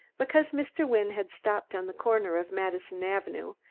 because mr. wynne had stopped on the corner of madison avenue,